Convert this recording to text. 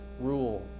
rule